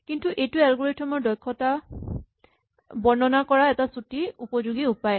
কিন্তু এইটো এলগৰিথম ৰ দক্ষতা বৰ্ণনা কৰা এটা চুটি উপযোগী উপায়